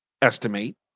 estimate